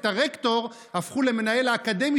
את הרקטור הפכו למנהל האקדמי,